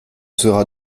sera